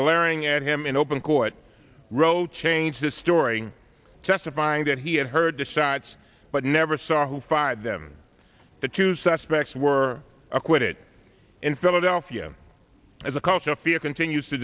glaring at him in open court wrote changed the story testifying that he had heard the shots but never saw who fired them the two suspects were acquitted in philadelphia as a culture of fear continues to